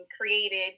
created